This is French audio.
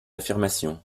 affirmation